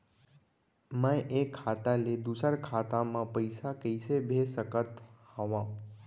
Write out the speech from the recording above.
मैं एक खाता ले दूसर खाता मा पइसा कइसे भेज सकत हओं?